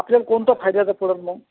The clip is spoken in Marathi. आपल्याला कोणतं फायद्याचं ठरेल मग